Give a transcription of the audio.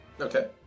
Okay